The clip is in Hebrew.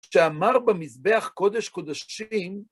שאמר במזבח קודש קודשים,